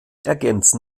ergänzen